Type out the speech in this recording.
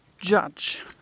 judge